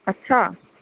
अच्छा अच्छा